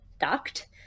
duct